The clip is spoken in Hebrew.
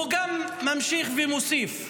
הוא גם ממשיך ומוסיף: